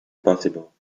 possible